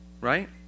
right